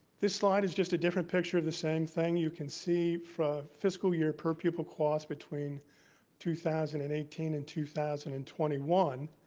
this slide is just a different picture of the same thing. you can see from fiscal year per pupil costs between two thousand and eighteen and two thousand and twenty one,